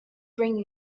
bring